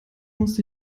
musste